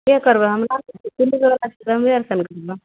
के करबय हमरा समय ने